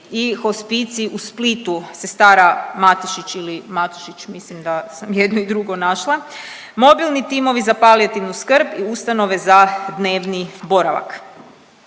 i hospicij u Splitu sestara Matešić ili Matošić, mislim da sam jedno i drugo našla, mobilni timovi za palijativnu skrb i ustanove za dnevni boravak.